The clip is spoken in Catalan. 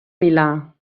milà